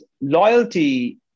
loyalty